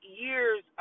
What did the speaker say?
years